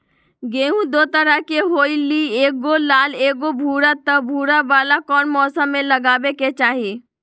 गेंहू दो तरह के होअ ली एगो लाल एगो भूरा त भूरा वाला कौन मौसम मे लगाबे के चाहि?